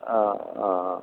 ആ ആ ആ